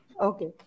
Okay